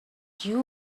you